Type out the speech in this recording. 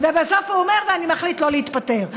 ובסוף הוא אומר: ואני מחליט שלא להתפטר.